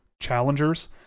challengers